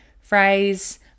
phrase